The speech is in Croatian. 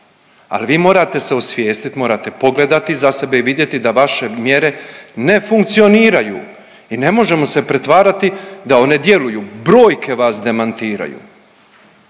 ali vi morate se osvijestit, morate pogledati iza sebe i vidjeti da vaše mjere ne funkcioniraju i ne možemo se pretvarati da one djeluju. Brojke vas demantiraju